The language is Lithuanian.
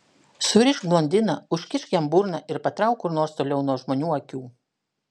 surišk blondiną užkišk jam burną ir patrauk kur nors toliau nuo žmonių akių